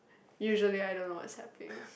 usually I don't know what's happening